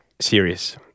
serious